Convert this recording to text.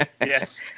Yes